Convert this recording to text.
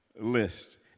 list